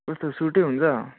कस्तो सुटै हुन्छ